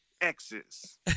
exes